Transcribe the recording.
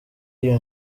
iyi